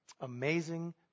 amazing